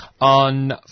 On